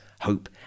hope